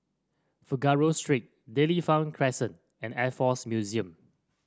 Figaro Street Dairy Farm Crescent and Air Force Museum